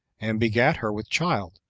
and begat her with child.